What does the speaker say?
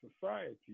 society